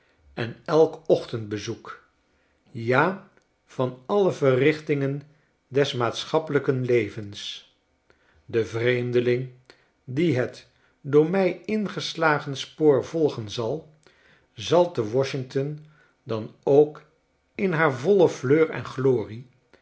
en elk ochtendbezoek ja van alle verrichtingen des maatschappelyken levens de vreemdeling die het door mij ingeslagen spoor volgen zal zal zete washington dan ook in haar voile fleur en glorie